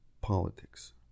politics